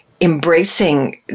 embracing